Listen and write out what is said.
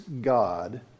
God